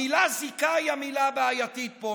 המילה "זיקה" היא המילה הבעייתית פה,